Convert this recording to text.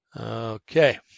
Okay